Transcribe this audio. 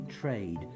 trade